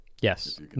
Yes